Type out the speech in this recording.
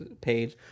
page